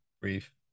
brief